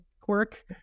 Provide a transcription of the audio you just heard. quirk